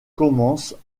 commencent